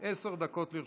עשר דקות לרשותך.